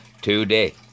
today